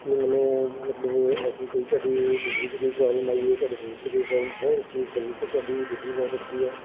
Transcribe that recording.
ਕਿ ਉਹ ਮੈਨੂੰ ਮਤਲਬ ਐਸੀ ਕੋਈ ਤੁਹਾਡੀ ਡਿਲੀਵਰੀ 'ਚ ਕੋਈ ਪ੍ਰੋਬਲਮ ਆਈ ਹੋਵੇ ਤੁਹਾਡੇ ਫੂਡ 'ਚ ਕੋਈ ਪ੍ਰੋਬਲਮ ਬਹੁਤ ਅੱਛੀ ਸਰਵਿਸ ਹੈ ਤੁਹਾਡੀ ਡਿਲੀਵਰੀ ਬਹੁਤ ਅੱਛੀ ਹੈ